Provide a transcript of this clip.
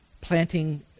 planting